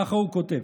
ככה הוא כותב,